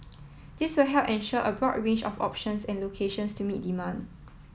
this will help ensure a broad range of options and locations to meet demand